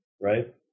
right